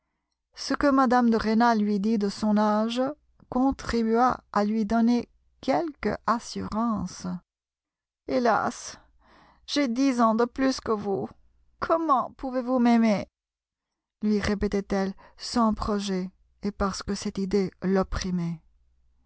ce que mme de rênal lui dit de son âge contribua à lui donner quelque assurance hélas j'ai dix ans de plus que vous comment pouvez-vous m'aimer lui répétait-elle sans projet et parce que cette idée l'opprimait